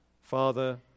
Father